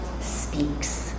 speaks